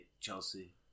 Chelsea